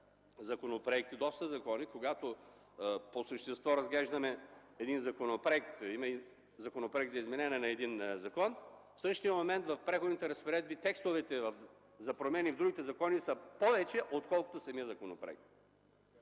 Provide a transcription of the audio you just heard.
законопроекти, в доста закони. Когато по същество разглеждаме един законопроект, един законопроект за изменение на един закон, има случаи в Преходните разпоредби текстовете за промени в другите закони да са повече, отколкото в самия законопроект.